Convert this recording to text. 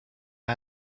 and